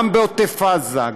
גם בעוטף עזה,